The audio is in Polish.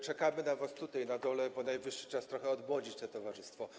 Czekamy na was tutaj na dole, bo najwyższy czas trochę odmłodzić to towarzystwo.